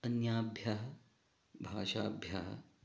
अन्याभ्यः भाषाभ्यः